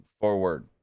forward